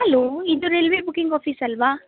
hello ಇದು railway booking office ಅಲ್ಲವಾ